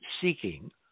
seeking